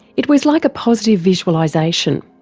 it was like a positive visualisation.